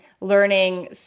learning